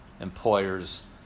employer's